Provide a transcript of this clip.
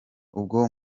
ubwo